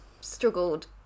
struggled